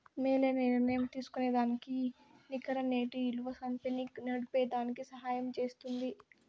మేలైన నిర్ణయం తీస్కోనేదానికి ఈ నికర నేటి ఇలువ కంపెనీ నడిపేదానికి సహయం జేస్తుంది